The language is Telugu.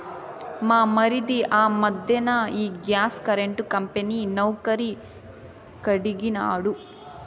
మా మరిది ఆ మధ్దెన ఈ గ్యాస్ కరెంటు కంపెనీ నౌకరీ కడిగినాడు